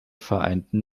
vereinten